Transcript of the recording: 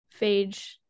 phage